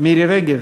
מירי רגב.